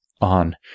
on